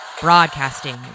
Broadcasting